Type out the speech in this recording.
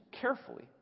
carefully